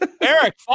Eric